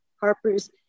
Harper's